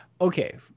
okay